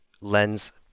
lens